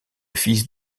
fils